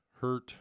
hurt